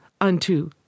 unto